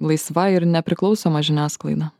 laisva ir nepriklausoma žiniasklaida